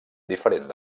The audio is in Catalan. diferent